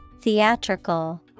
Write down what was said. Theatrical